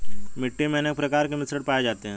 मिट्टी मे अनेक प्रकार के मिश्रण पाये जाते है